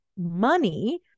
money